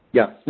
yes. yes,